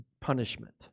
punishment